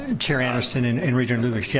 ah chair anderson and and regent lucas, yes,